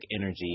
energy